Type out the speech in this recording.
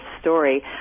story